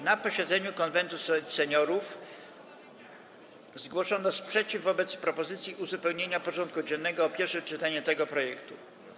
Na posiedzeniu Konwentu Seniorów zgłoszono sprzeciw wobec propozycji uzupełnienia porządku dziennego o pierwsze czytanie tego projektu.